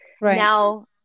now